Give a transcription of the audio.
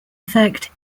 effect